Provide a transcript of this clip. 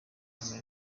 amerika